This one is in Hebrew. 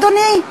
אדוני?